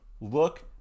Look